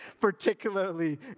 particularly